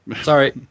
sorry